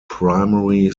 primary